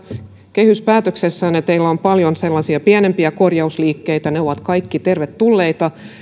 kehyspäätöksessänne teillä on paljon sellaisia pienempiä korjausliikkeitä ne ovat kaikki tervetulleita